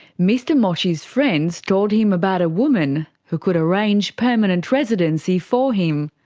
mr mochi's friends told him about a woman who could arrange permanent residency for him.